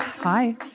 Hi